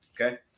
Okay